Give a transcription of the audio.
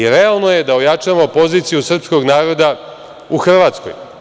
Realno je da ojačamo poziciju srpskog naroda u Hrvatskoj.